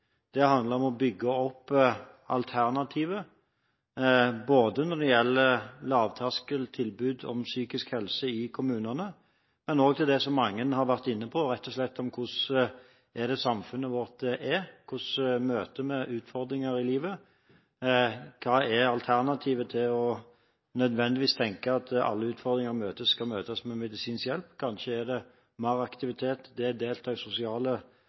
Det handler om å bygge opp alternativer, både når det gjelder lavterskeltilbud om psykisk helse i kommunene, og når det gjelder det som mange har vært inne på; rett og slett hvordan samfunnet vårt er, hvordan vi møter utfordringer i livet, og hva alternativet er til å tenke at alle utfordringer nødvendigvis skal møtes med medisinsk hjelp. Kanskje er mer aktivitet, det å delta i sosiale